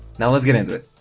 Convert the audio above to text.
now let's get into it.